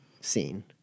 scene